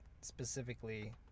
specifically